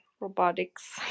robotics